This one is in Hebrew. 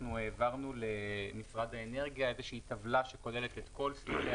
אנחנו העברנו למשרד האנרגיה טבלה שכוללת את כל סוגי